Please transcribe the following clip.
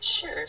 Sure